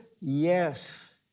Yes